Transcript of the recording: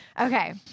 Okay